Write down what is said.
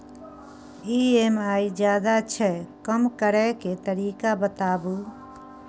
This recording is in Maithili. ई.एम.आई ज्यादा छै कम करै के तरीका बताबू?